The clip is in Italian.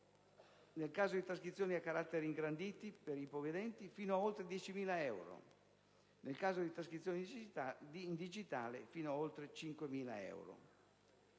nel caso di trascrizioni a caratteri ingranditi per ipovedenti fino a oltre 10.000 euro e, infine, nel caso di trascrizioni in digitale, fino ad oltre 5.000 euro.